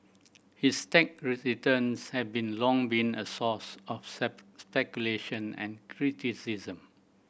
his tax returns have been long been a source of speculation and criticism